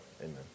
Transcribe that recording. Amen